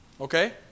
Okay